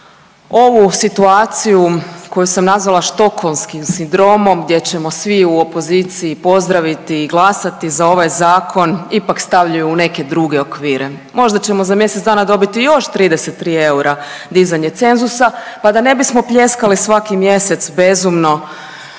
ovu situaciju koju sam nazvali štokholmskim sindromom gdje ćemo svi u opoziciji pozdraviti i glasati za ovaj zakon ipak stavljaju u neke druge okvire. Možda ćemo za mjesec dana dobiti još 33 eura dizanje cenzusa pa da ne bismo pljeskali svaki mjesec bezumno